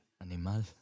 Animal